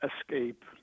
escape